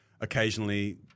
Occasionally